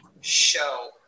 show